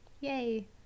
Yay